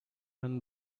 and